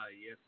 Yes